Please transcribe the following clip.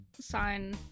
sign